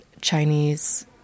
Chinese